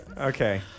Okay